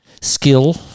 Skill